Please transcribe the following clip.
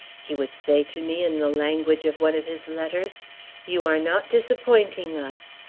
he would say to me, in the language of one of his letters you are not disappointing us.